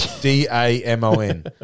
D-A-M-O-N